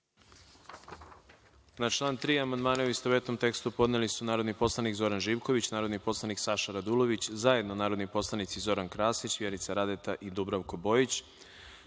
član 4. amandmane, u istovetnom tekstu, podneli su narodni poslanik Zoran Živković, narodni poslanik Saša Radulović, zajedno narodni poslanici Zoran Krasić, Vjerica Radeta i Miljan